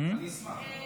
אני אשמח.